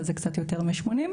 אז זה קצת יותר מ-80.